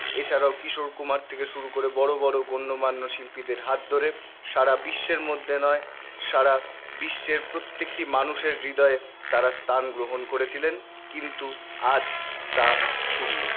এছাড়াও কিশোর কুমার থেকে শুরু করে বড় বড় গণ্যমান্য শিল্পীদের হাত ধরে সারা বিশ্বের মধ্যে নয় সারা বিশ্বের প্রত্যেকটি মানুষের হৃদয়ে তারা স্থান গ্রহণ করেছিলেন কিন্তু আজ তা শুন্য